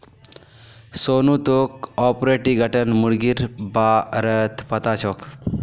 सोनू तोक ऑर्पिंगटन मुर्गीर बा र पता छोक